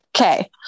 Okay